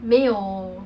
没有